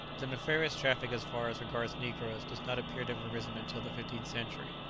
the nefarious traffic as far as regards negroes does not appear to have arisen until the fifteenth century.